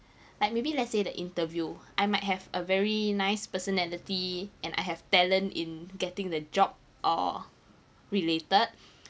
like maybe let's say the interview I might have a very nice personality and I have talent in getting the job or related